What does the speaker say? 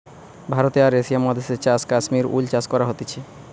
ভারতে আর এশিয়া মহাদেশে চাষ কাশ্মীর উল চাষ করা হতিছে